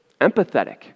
Empathetic